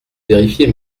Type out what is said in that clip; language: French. vérifier